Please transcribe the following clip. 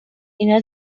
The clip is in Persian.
اینا